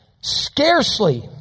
scarcely